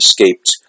escaped